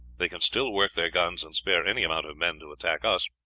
they can still work their guns and spare any amount of men to attack us.